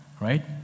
right